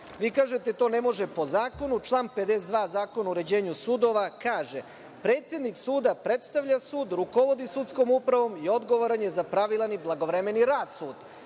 Vi kažete - to ne može po zakonu. Član 52. Zakon o uređenju sudova kaže – predsednik suda predstavlja sud, rukovodi sudskom upravom i odgovoran je za pravilan i blagovremeni rad suda.